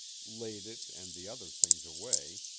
laid it and the other things away,